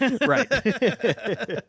Right